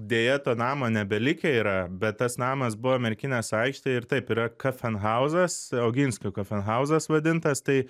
deja to namo nebelikę yra bet tas namas buvo merkinės aikštėj ir taip yra kafenhauzas oginskio kafenhauzas vadintas tai